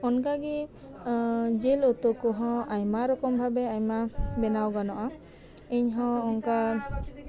ᱚᱱᱠᱟᱜᱮ ᱡᱤᱞ ᱩᱛᱩ ᱠᱚᱸᱦᱚ ᱟᱭᱢᱟ ᱨᱚᱠᱚᱢ ᱵᱷᱟᱵᱮ ᱟᱭᱢᱟ ᱠᱚᱨᱟᱣ ᱜᱟᱱᱚᱜᱼᱟ ᱤᱧᱦᱚᱸ ᱚᱱᱠᱟ